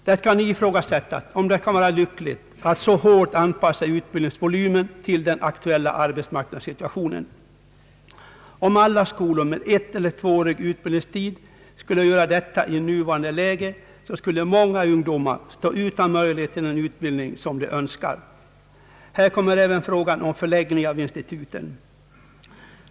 Det kan ifrågasättas om det kan vara lyckligt att så hårt anpassa utbildningsvolymen till den aktuella arbetsmarknadssituationen. Om alla skolor med etteller tvåårig utbildningstid skulle göra detta i nuvarande läge, så skulle många ungdomar stå utan möjlighet till den utbildning som de önskar. Här kommer även frågan om förläggning av instituten in.